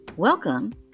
Welcome